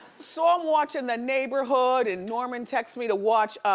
so i'm watching the neighborhood, and norman texts me to watch,